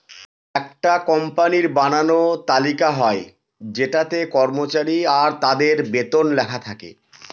একটা কোম্পানির বানানো এক তালিকা হয় যেটাতে কর্মচারী আর তাদের বেতন লেখা থাকে